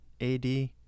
AD